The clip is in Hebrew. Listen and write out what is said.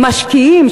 למשקיעים,